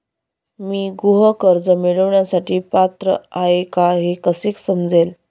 मी गृह कर्ज मिळवण्यासाठी पात्र आहे का हे कसे समजेल?